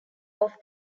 off